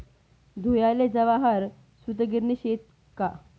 धुयाले जवाहर सूतगिरणी शे का